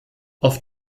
auf